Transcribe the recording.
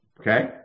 Okay